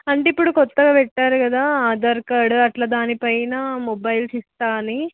అంటే ఇప్పుడు కొత్తగా పెట్టారు కదా ఆధార్ కార్డు అట్లా దానిపైన మొబైల్స్ ఇస్తాను అని